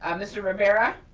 um mr. rivera.